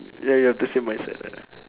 yeah we've the same mindset ya